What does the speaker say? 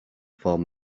form